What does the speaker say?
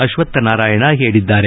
ಅಶ್ವತ್ವನಾರಾಯಣ ಹೇಳಿದ್ದಾರೆ